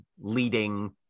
leading